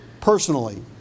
personally